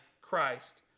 Christ